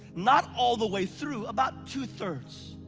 not all the way through, about two thirds.